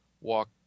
walk